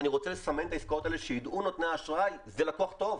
אני רוצה לסמן את העסקאות האלה שידעו נותני האשראי שזה לקוח טוב,